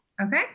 Okay